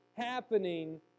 happening